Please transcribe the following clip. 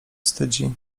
wstydzi